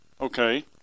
okay